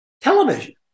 Television